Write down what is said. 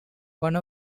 one